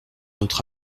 notre